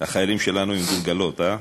החיילים שלנו הם גולגולות, הא?